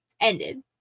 ended